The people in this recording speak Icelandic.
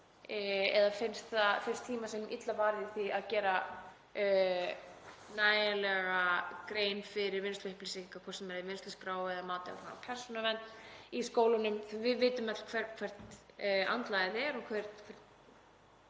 verkefni eða finnst tíma sínum illa varið í að gera nægilega grein fyrir vinnslu upplýsinga, hvort sem er í vinnsluskrá eða mati á persónuvernd í skólunum. Við vitum öll hvert andlagið er og hvernig